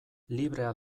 librea